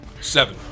Seven